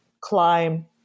climb